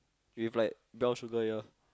with like brown sugar ya